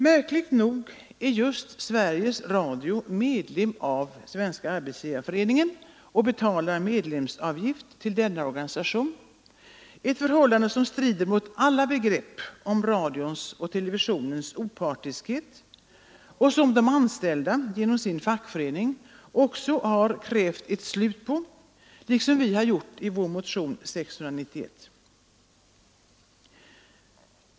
Märkligt nog är just Sveriges Radio medlem av Svenska arbetsgivareföreningen och betalar medlemsavgift till denna organisation — ett förhållande som strider mot alla begrepp om radions och televisionens opartiskhet och som de anställda genom sin fackförening har krävt ett slut på liksom vi inom vpk har gjort i vår motion 691.